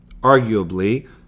arguably